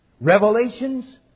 Revelations